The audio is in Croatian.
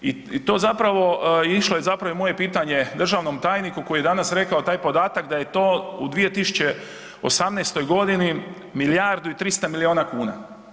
I to zapravo, je išlo zapravo i moje pitanje državnom tajniku koji je danas rekao taj podatak da je to u 2018. g. milijardu i 300 milijuna kuna.